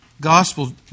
gospel